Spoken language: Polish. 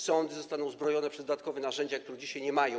Sądy zostaną uzbrojone w dodatkowe narzędzia, których dzisiaj nie mają.